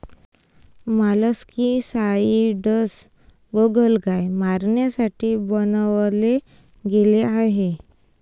molluscicides गोगलगाय मारण्यासाठी बनवले गेले आहे